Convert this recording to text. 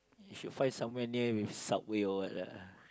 if you find somewhere near with Subway or what lah